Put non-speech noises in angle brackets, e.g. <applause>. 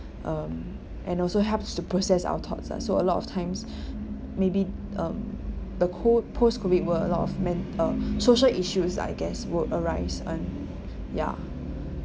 um and also helps to process our thoughts lah so a lot of times <breath> maybe um the co~ post COVID world a lot of men~ uh <breath> social issues is I guess would arise on ya